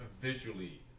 visually